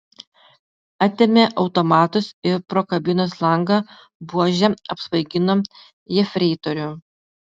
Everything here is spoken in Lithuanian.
atėmė automatus ir pro kabinos langą buože apsvaigino jefreitorių